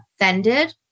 offended